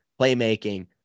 playmaking